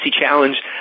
challenge